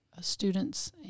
students